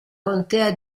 contea